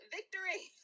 Victory